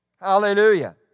Hallelujah